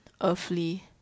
earthly